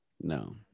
No